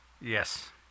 Yes